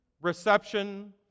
reception